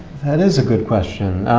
that is a good question.